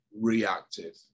reactive